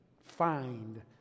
find